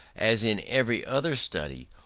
as in every other study,